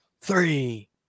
three